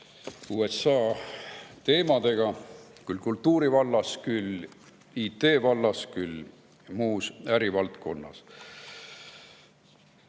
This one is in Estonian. USA teemadega, küll kultuuri vallas, küll IT vallas, küll muus ärivaldkonnas.